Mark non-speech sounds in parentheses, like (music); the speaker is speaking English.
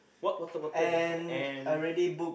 what water bottle that and (breath)